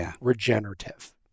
regenerative